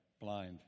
blind